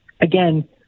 Again